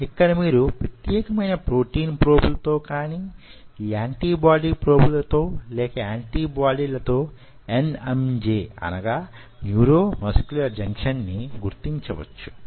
ఇక్కడ మీరు ప్రత్యేకమైన ప్రోటీన్ ప్రోబులు తో కానీ యాంటిబాడి ప్రొబులు తో లేక యాంటిబాడీ ల తో NMJ లేక న్యూరోముస్క్యులర్ జంక్షన్ ని గుర్తించవచ్చు